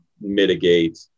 mitigate